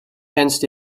grenst